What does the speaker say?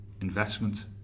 investment